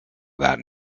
that